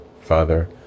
father